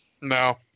No